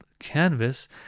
canvas